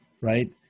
right